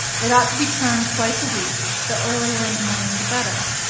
it ought to be churned twice a week, the earlier in the morning the better.